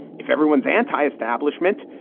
if everyone's anti-establishment,